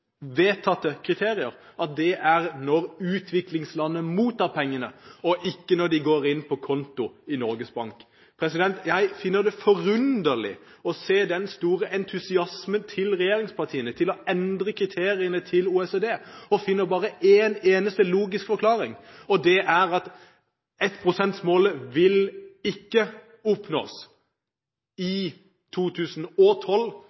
vedtatte kriterier, at det er når utviklingslandet mottar pengene, og ikke når de går inn på konto i Norges Bank. Jeg finner det forunderlig å se den store entusiasmen hos regjeringspartiene for å endre kriteriene til OECD og finner bare én eneste logisk forklaring. Det er at 1pst.-målet ikke vil oppnås